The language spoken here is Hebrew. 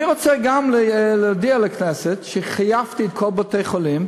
אני רוצה גם להודיע לכנסת שחייבתי את כל בתי-החולים,